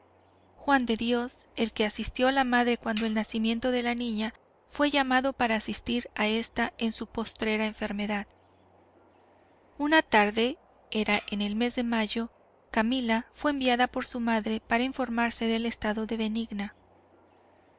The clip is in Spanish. juan de dios el que asistió a la madre cuando el nacimiento de la niña fue llamado para asistir a esta en su postrera enfermedad una tarde era en el mes de mayo camila fue enviada por su madre para informarse del estado de benigna